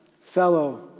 fellow